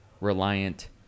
reliant